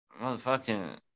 motherfucking